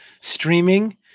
streaming